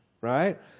Right